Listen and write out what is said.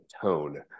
tone